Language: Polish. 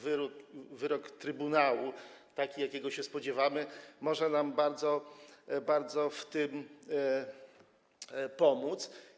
Wyrok trybunału, taki, jakiego się spodziewamy, może nam bardzo w tym pomóc.